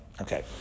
Okay